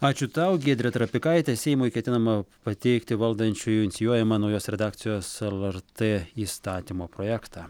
ačiū tau giedrė trapikaitė seimui ketinama pateikti valdančiųjų inicijuojamą naujos redakcijos lrt įstatymo projektą